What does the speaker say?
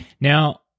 Now